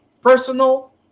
personal